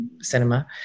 cinema